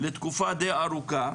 לתקופה די ארוכה,